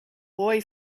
boy